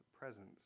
presence